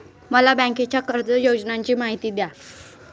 मला बँकेच्या कर्ज योजनांची माहिती द्या